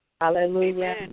Hallelujah